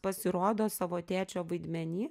pasirodo savo tėčio vaidmeny